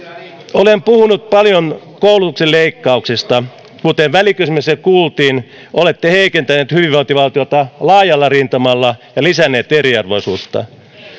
olen puhunut paljon koulutuksen leikkauksista kuten välikysymyksessä kuultiin olette heikentäneet hyvinvointivaltiota laajalla rintamalla ja lisänneet eriarvoisuutta